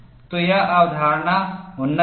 तो यह अवधारणा उन्नत थी